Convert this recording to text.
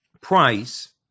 price